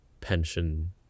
pension